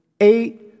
eight